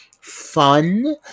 fun